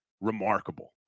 remarkable